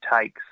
takes